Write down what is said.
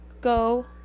go